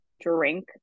drink